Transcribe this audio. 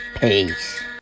Peace